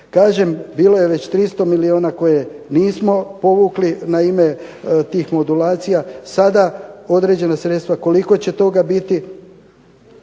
Kažem bilo je već 300 milijuna koje nismo povukli na ime tih modulacija, sada na određena sredstva. Koliko će toga biti